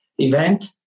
event